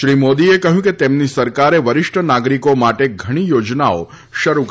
શ્રી મોદીએ કહ્યું કે તેમની સરકારે વરિષ્ઠ નાગરિકો માટે ઘણી યોજનાઓ શરૂ કરી છે